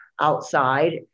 outside